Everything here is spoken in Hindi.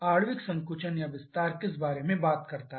आणविक संकुचन या विस्तार किस बारे में बात करता है